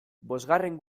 bosgarren